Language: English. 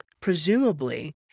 presumably